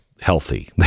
healthy